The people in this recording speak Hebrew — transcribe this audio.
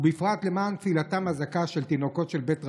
ובפרט למען תפילתם הזכה של תינוקות של בית רבן,